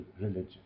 religion